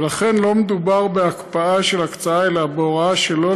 ולכן לא מדובר בהקפאה של הקצאה אלא בהוראה שלא